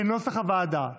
כנוסח הוועדה.